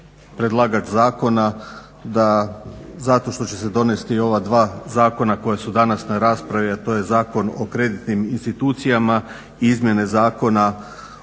predlagač zakona da zato što će se donesti ova dva zakona koja su danas na raspravi, a to je Zakon o kreditnim institucijama, izmjene Zakona